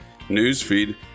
newsfeed